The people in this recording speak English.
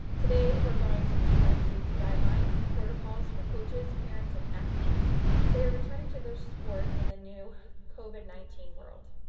today we're going to discuss safety guidelines and protocols for coaches, parents, and athletes as they're returning to their sport in the new covid nineteen world.